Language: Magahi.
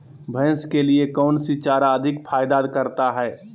भैंस के लिए कौन सी चारा अधिक फायदा करता है?